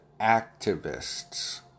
activists